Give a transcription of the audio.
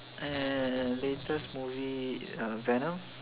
and latest movie venom